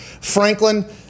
Franklin